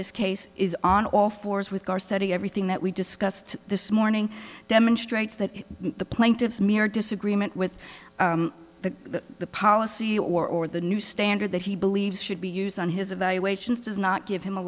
this case is on all fours with our study everything that we discussed this morning demonstrates that the plaintiffs mere disagreement with the policy or the new standard that he believes should be used on his evaluations does not give him a